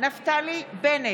נפתלי בנט,